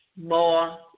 more